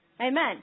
Amen